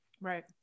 Right